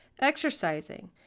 exercising